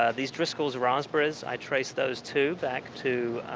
ah these driscoll's raspberries, i traced those to, back to